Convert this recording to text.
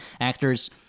Actors